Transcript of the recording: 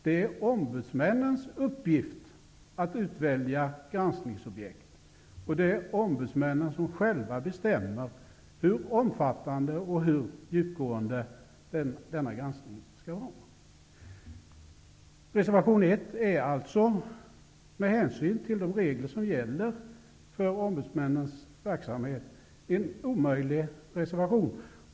Det är ombudsmännens uppgift att utvälja granskningsobjekt. Det är ombudsmännen själva som bestämmer hur omfattande och djupgående denna granskning skall vara. Reservation 1 är alltså, med hänsyn till de regler som gäller för ombudsmännens verksamhet, en omöjlig reservation.